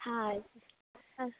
हा अस्तु अस्तु